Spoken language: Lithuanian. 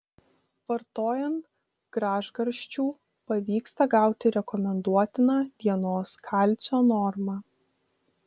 vartojant gražgarsčių pavyksta gauti rekomenduotiną dienos kalcio normą